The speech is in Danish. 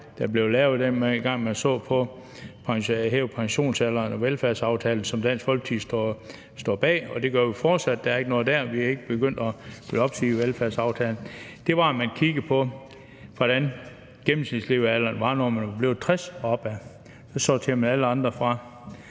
der blev lavet, dengang man så på at hæve pensionsalderen og lavede velfærdsaftalen, som Dansk Folkeparti står bag, og det gør vi fortsat – der er ikke noget der; vi er ikke begyndt at ville opsige velfærdsaftalen – at man kiggede på, hvordan gennemsnitslevealderen var, når man var blevet 60 år og opad, og så sorterede man alle andre fra.